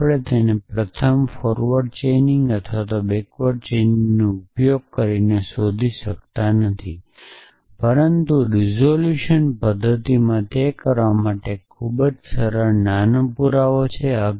પરંતુ આપણે તેને પ્રથમ ફોરવર્ડ ચેઇનિંગઅથવા બેકવર્ડ ચેઇનિંગનો ઉપયોગ કરીને શોધી શકતા નથી પરંતુ રીઝોલ્યુશન પદ્ધતિમાં તે કરવા માટે એક ખૂબ જ સરળ નાના પુરાવો છે